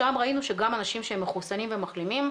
שם ראינו שגם אנשים שהם מחוסנים ומחלימים,